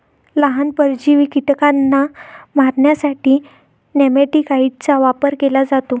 लहान, परजीवी कीटकांना मारण्यासाठी नेमॅटिकाइड्सचा वापर केला जातो